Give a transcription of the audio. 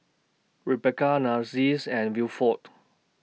Rebeca Nancies and Wilford